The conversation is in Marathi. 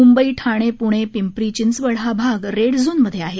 मुंबई ठाणे पुणे पिंपरी चिंचवड हा भाग रेड झोनमध्ये आहे